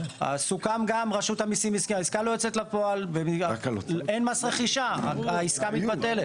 סוכם שאם העסקה לא יוצאת לפועל אין מס רכישה והעסקה מתבטלת.